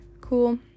cool